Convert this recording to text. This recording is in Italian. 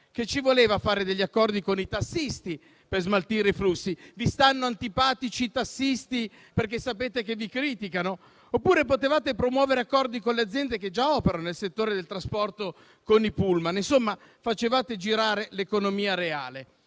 Che ci voleva a fare degli accordi con i tassisti per smaltire i flussi? Vi stanno antipatici i tassisti perché sapete che vi criticano? Oppure potevate promuovere accordi con le aziende che già operano nel settore del trasporto con i *pullman*. In questo modo avreste fatto girare l'economia reale.